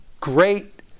great